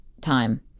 time